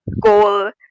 goal